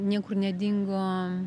niekur nedingo